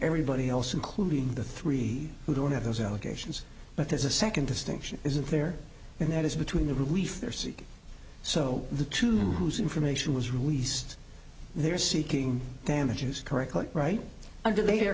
everybody else including the three who don't have those allegations but there's a second distinction isn't there and that is between the relief they're seeking so the two whose information was released they're seeking damages correctly right under